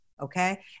okay